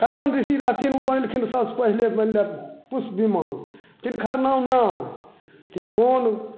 कर्दन ऋषि रहथिन ओ बनेलखिन रहै सबसे पहिले बनलै पुष्प विमान तिनकर नाम नहि तऽ ई कोन